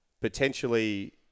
potentially